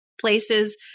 places